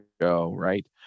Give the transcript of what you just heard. right